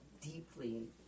deeply